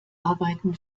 arbeiten